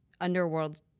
Underworld